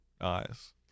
eyes